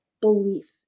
belief